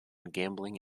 gambling